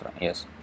yes